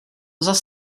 zas